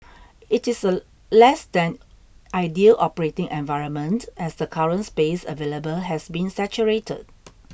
it is a less than ideal operating environment as the current space available has been saturated